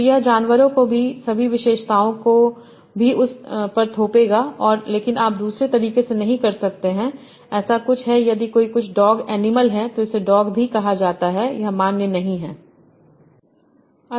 तो यह जानवरों की सभी विशेषताओं को भी उस पर थोपेगा और लेकिन आप दूसरे तरीके से नहीं कह सकते हैं ऐसा कुछ है यदि कोई कुछ डॉग एनिमल है तो इसे डॉग भी कहा जाता है यह मान्य नहीं है